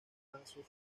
pasos